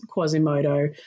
Quasimodo